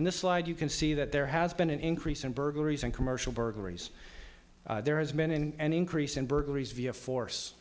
in this slide you can see that there has been an increase in burglaries and commercial burglaries there has been and increase in burglaries via force